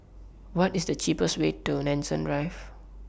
What IS The cheapest Way to Nanson Drive